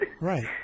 Right